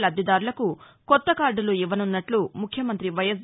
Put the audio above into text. లభ్దిదారులకు కాత్త కార్దులు ఇవ్వనున్నట్టు ముఖ్యమంతి వైఎస్